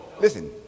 listen